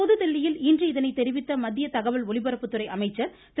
புதுதில்லியில் இன்று இதனைத் தெரிவித்த மத்திய தகவல் ஒலிபரப்புத்துறை அமைச்சர் திரு